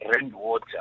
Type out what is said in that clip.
rainwater